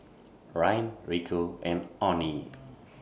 Ryne Rico and Onnie